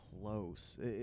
close